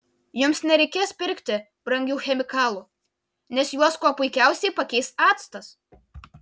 jums nereikės pirkti brangių chemikalų nes juos kuo puikiausiai pakeis actas